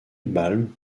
balme